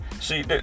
See